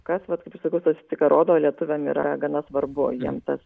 kas vat kaip ir sakau statistika rodo lietuviam yra gana svarbu jiem tas